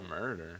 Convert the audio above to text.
Murder